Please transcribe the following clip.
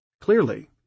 Clearly